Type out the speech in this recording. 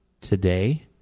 today